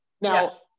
Now